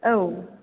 औ